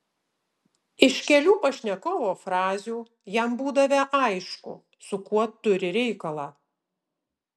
iš kelių pašnekovo frazių jam būdavę aišku su kuo turi reikalą